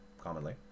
commonly